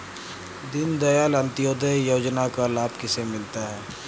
दीनदयाल अंत्योदय योजना का लाभ किसे मिलता है?